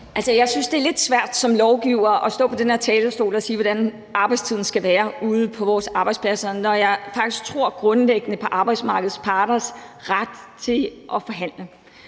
Jeg synes, det er lidt svært som lovgiver at stå på den her talerstol og sige, hvordan arbejdstiden skal være ude på vores arbejdspladser, når jeg faktisk grundlæggende tror på arbejdsmarkedets parters ret til at forhandle.